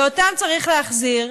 ואותם צריך להחזיר,